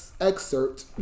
excerpt